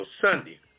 Sunday